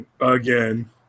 again